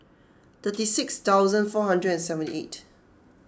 thirty six thousand four hundred and seventy eight